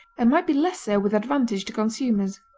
and might be less so with advantage to consumers.